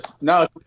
No